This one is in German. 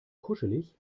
kuschelig